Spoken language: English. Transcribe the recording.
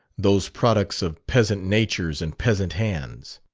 those products of peasant natures and peasant hands.